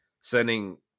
sending